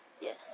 Yes